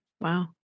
Wow